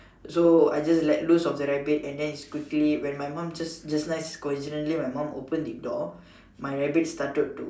so I just let loose of the rabbit and then it quickly when my mom just just nice coincidentally my mom open the door the rabbit started to